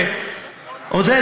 עודד,